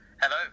Hello